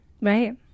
Right